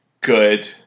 good